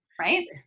right